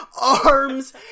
arms